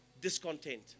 discontent